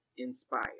inspire